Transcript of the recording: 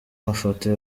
mafoto